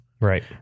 Right